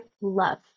love